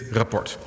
rapport